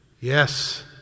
Yes